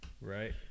right